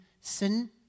sin